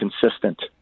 consistent